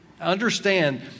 Understand